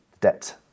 debt